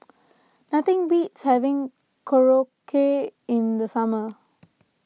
nothing beats having Korokke in the summer